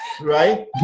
right